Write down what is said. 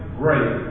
great